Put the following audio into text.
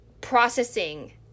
Processing